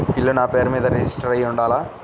ఇల్లు నాపేరు మీదే రిజిస్టర్ అయ్యి ఉండాల?